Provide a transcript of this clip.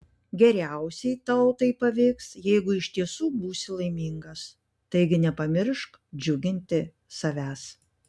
geriausiai tau tai pavyks jeigu iš tiesų būsi laimingas taigi nepamiršk džiuginti savęs